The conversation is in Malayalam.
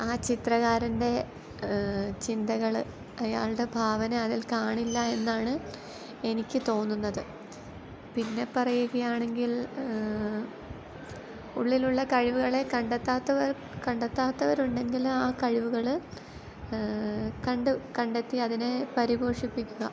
ആ ചിത്രകാരന്റെ ചിന്തകൾ അയാൾടെ ഭാവന അതിൽ കാണില്ല എന്നാണ് എനിക്ക് തോന്നുന്നത് പിന്നെ പറയുകയാണെങ്കിൽ ഉള്ളിലുള്ള കഴിവുകളെ കണ്ടെത്താത്തവർ കണ്ടെത്താത്തവരുണ്ടെങ്കിൽ ആ കഴിവുകൾ കണ്ടു കണ്ടെത്തി അതിനെ പരിപോഷിപ്പിക്കുക